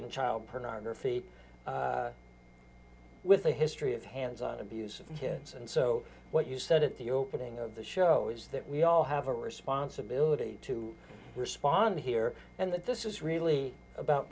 in child pornography with a history of hands on abuse of kids and so what you said at the opening of the show is that we all have a responsibility to respond here and that this is really about